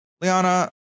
liana